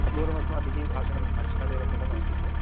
पूर्वम् अस्माभिः भाषणं साक्षादेव कृतमासीत्